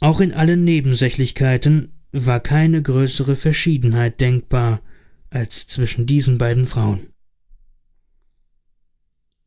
auch in allen nebensächlichkeiten war keine größere verschiedenheit denkbar als zwischen diesen beiden frauen